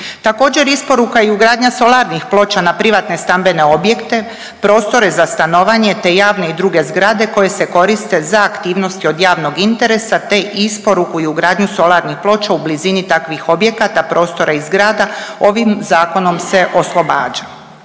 Također, isporuka i ugradnja solarnih ploča na privatne stambene objekte, prostore za stanovanje te javne i druge zgrade koje se koriste za aktivnosti od javnog interesa te isporuku i ugradnju solarnih ploča u blizini takvih objekata, prostora i zgrada, ovim zakonom se oslobađa